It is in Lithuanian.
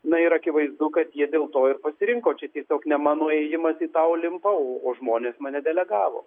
na ir akivaizdu kad jie dėl to ir pasirinko čia tiesiog ne mano ėjimas į tą olimpą žmonės mane delegavo